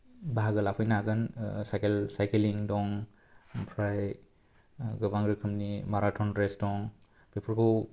बाहागो लाफैनो हागोन सायकेल सायकेलिं दं ओमफ्राय गोबां रोखोमनि माराथन रेस दं बेफोरखौ